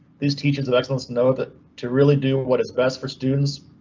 these teachings of excellence know that to really do what is best for students,